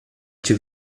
cię